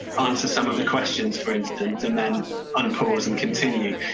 answer some of the questions, for instance, and then unfrozen continue.